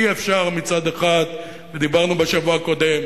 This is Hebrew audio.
אי-אפשר מצד אחד, ודיברנו בשבוע הקודם,